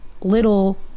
little